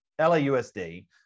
LAUSD